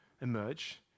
emerge